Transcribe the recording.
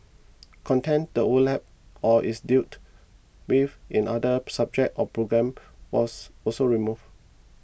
content that overlaps or is dealt with in other subjects or programmes was also removed